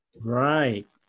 Right